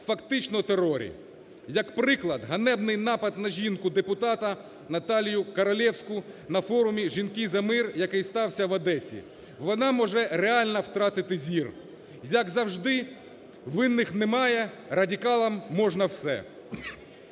фактично, терорі. Як приклад – ганебний напад на жінку-депутата Наталію Королевську на форумі "Жінки за мир", який стався в Одесі, вона може реально втратити зір. Як завжди, винних немає, радикалам можна все!